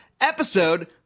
episode